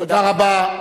תודה רבה.